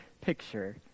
picture